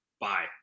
Bye